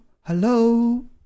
Hello